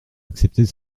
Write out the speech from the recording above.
accepter